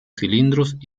cilindros